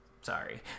Sorry